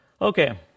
Okay